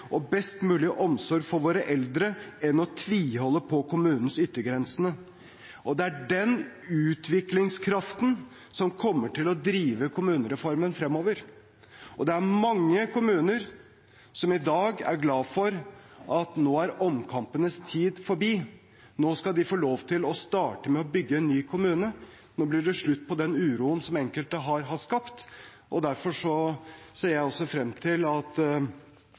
og best mulig omsorg for våre eldre enn å tviholde på kommunens yttergrenser.» Det er den utviklingskraften som kommer til å drive kommunereformen fremover. Det er mange kommuner som i dag er glad for at omkampenes tid nå er forbi, nå skal de få lov til å starte med å bygge en ny kommune, nå blir det slutt på den uroen som enkelte har skapt. Derfor ser jeg frem til at